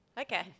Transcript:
Okay